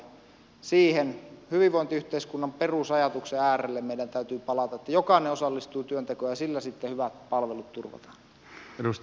siihen hyvinvointiyhteiskunnan perusajatuksen äärelle meidän täytyy palata että jokainen osallistuu työntekoon ja sillä sitten hyvät palvelut turvataan